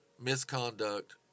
misconduct